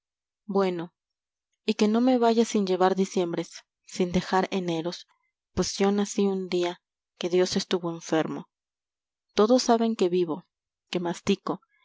escucha bueno y que no me vaya sin llevar diciembres sin dejar eneros pues yo nací un día que dios estuvo enfermo todos saben que vivo que mastico